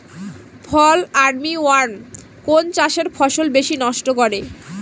ফল army worm কোন চাষের ফসল বেশি নষ্ট করে?